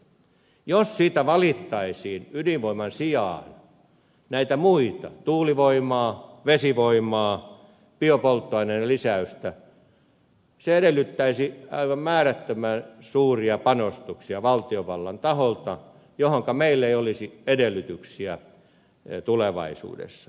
jos siitä valittaisiin ydinvoiman sijaan näitä muita tuulivoimaa vesivoimaa biopolttoaineiden lisäystä se edellyttäisi aivan määrättömän suuria panostuksia valtiovallan taholta mihinkä meillä ei olisi edellytyksiä tulevaisuudes sa